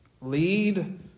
Lead